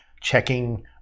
checking